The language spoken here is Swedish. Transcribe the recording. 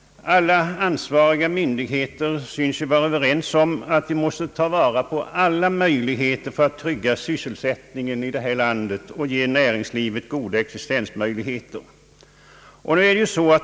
Alla ansvariga myndigheter synes vara överens om att vi måste ta vara på varje möjlighet att trygga sysselsättningen i landet och ge näringslivet goda existensmöjligheter.